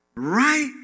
right